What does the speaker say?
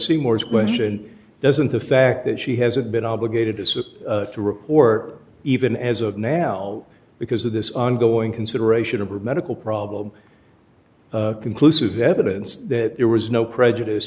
seymour's question doesn't the fact that she has a bit obligated to sit to report even as of now because of this ongoing consideration of her medical problem conclusive evidence that there was no prejudice